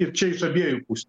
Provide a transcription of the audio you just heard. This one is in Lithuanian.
ir čia iš abiejų pusių